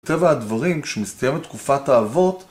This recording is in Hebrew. מטבע הדברים, כשמסתיימת תקופת האבות,